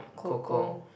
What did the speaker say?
cocoa